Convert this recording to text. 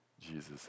Jesus